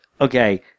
okay